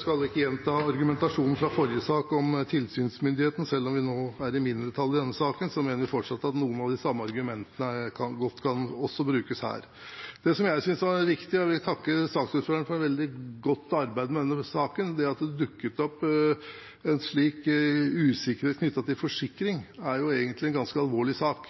skal ikke gjenta argumentasjonen fra forrige sak om tilsynsmyndigheten. Selv om vi nå er i mindretall i denne saken, mener vi fortsatt at noen av de samme argumentene også godt kan brukes her. Det som jeg synes var viktig – og jeg vil takke saksordføreren for veldig godt arbeid med denne saken – er at det at det dukket opp en slik usikkerhet knyttet til forsikring, egentlig er en ganske alvorlig sak.